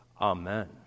Amen